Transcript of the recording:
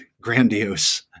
grandiose